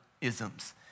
isms